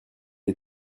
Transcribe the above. est